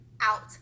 out